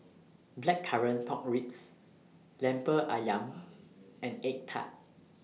Blackcurrant Pork Ribs Lemper Ayam and Egg Tart